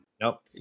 Nope